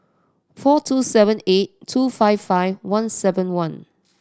four two seven eight two five five one seven one